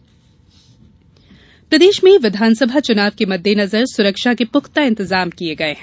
मतदान सुरक्षा प्रदेश में विधानसभा चुनाव के मद्देनजर सुरक्षा के पुख्ता इंतजाम किये गये हैं